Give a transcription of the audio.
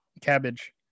cabbage